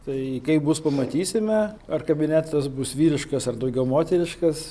tai kaip bus pamatysime ar kabinetas bus vyriškas ar daugiau moteriškas